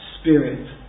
spirit